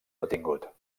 detingut